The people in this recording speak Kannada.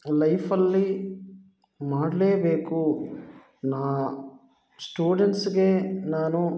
ಲೈಫಲ್ಲಿ ಮಾಡಲೇಬೇಕು ನಾನು ಸ್ಟೂಡೆಂಟ್ಸ್ಗೆ ನಾನು